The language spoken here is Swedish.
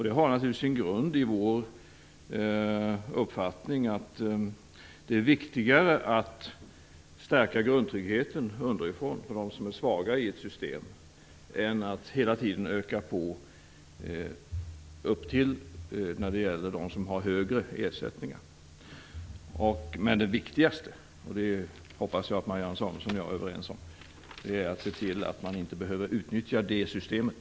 Det har naturligtvis sin grund i vår uppfattning att det är viktigare att stärka grundtryggheten underifrån för dem som är svaga i ett system, än att hela tiden öka på upptill för dem som har högre ersättningar. Men det viktigaste - det hoppas jag att jag och Marianne Samuelsson är överens om - är att se till att man inte behöver utnyttja det systemet.